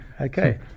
Okay